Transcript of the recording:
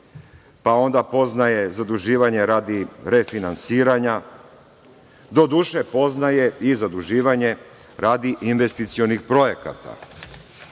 pa onda poznaje zaduživanje radi refinansiranja, doduše, poznaje i zaduživanje radi investicionih projekata.